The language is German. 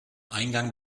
eingang